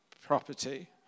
property